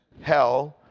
hell